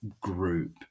group